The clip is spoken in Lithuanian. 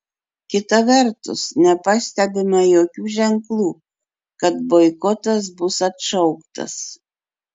kita vertus nepastebima jokių ženklų kad boikotas bus atšauktas